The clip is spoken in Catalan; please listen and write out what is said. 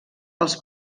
els